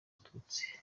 abatutsi